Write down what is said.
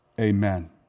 amen